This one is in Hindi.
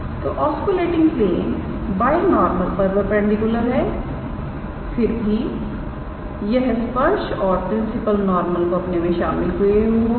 तो ऑस्कुलेटिंग प्लेन बाय नॉर्मल पर परपेंडिकुलर हैफिर भी यह स्पर्श और प्रिंसिपल नॉर्मल को अपने में शामिल किए हुए होगा